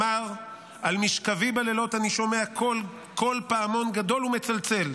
ואמר: "על משכבי בלילות אני שומע קול --- פעמון גדול ומצלצל,